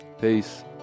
Peace